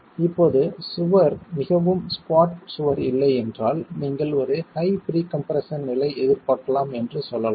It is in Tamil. இப்போது சுவர் மிகவும் ஸ்குவாட் சுவர் இல்லை என்றால் நீங்கள் ஒரு ஹை ப்ரீ கம்ப்ரெஸ்ஸன் நிலை எதிர்பார்க்கலாம் என்று சொல்லலாம்